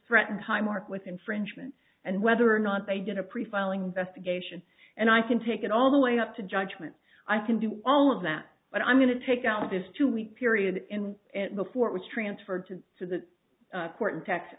threaten highmark with infringement and whether or not they did a pre filing investigation and i can take it all the way up to judgment i can do all of that but i'm going to take out this two week period in the court was transferred to to the court in texas